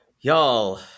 y'all